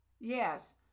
Yes